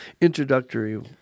introductory